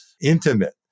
intimate